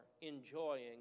enjoying